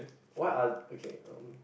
what are okay